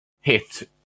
hit